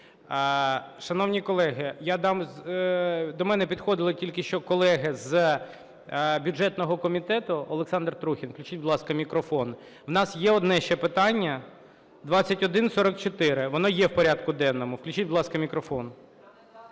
Шановні колеги, до мене підходили тільки що колеги з бюджетного комітету, Олександр Трухін, включіть, будь ласка, мікрофон. У нас є ще одне питання, 2144, воно є в порядку денному. Включіть, будь ласка, мікрофон.